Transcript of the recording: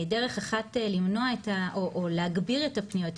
דרך אחת להגביר את הפניות,